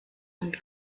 und